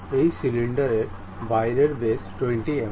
এই সিলিন্ডারের বাইরের ব্যাস 20 mm